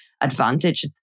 advantage